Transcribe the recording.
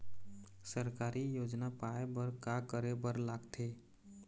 सरकारी योजना पाए बर का करे बर लागथे?